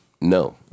No